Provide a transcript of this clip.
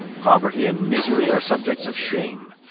poverty and misery are subjects of shame